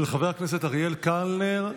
של חבר הכנסת אריאל קלנר,